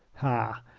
ha!